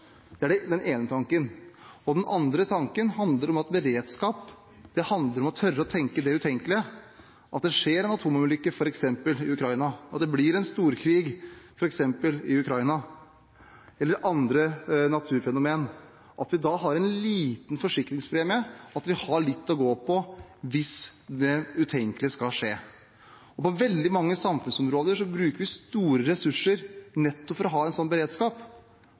Det er den ene tanken. Den andre tanken er at beredskap handler om å tenke det utenkelige – at det skjer en atomulykke f.eks. i Ukraina, at det blir en storkrig f.eks. i Ukraina, eller at vi får andre naturfenomen – og at vi da har en liten forsikringspremie, at vi har litt å gå på hvis det utenkelige skulle skje. På veldig mange samfunnsområder bruker vi store ressurser nettopp for å ha en sånn beredskap.